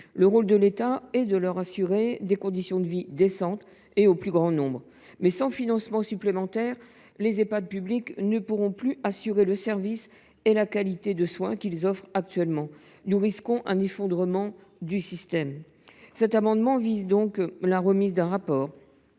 Le rôle de l’État est justement d’assurer des conditions de vie décentes au plus grand nombre d’entre eux. Or, sans financement supplémentaire, les Ehpad publics ne pourront plus garantir le service et la qualité de soins qu’ils offrent actuellement. Nous risquons un effondrement du système. Par cet amendement, nous demandons donc la remise d’un rapport